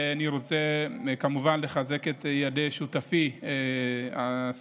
אני רוצה כמובן לחזק את ידי שותפי השר